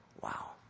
Wow